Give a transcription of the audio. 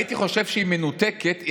הייתי חושב שהיא מנותקת,